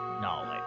knowledge